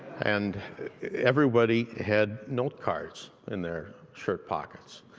and everybody had note cards in their shirt pockets.